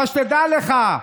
אבל דע לך,